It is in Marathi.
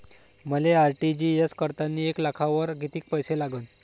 मले आर.टी.जी.एस करतांनी एक लाखावर कितीक पैसे लागन?